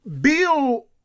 Bill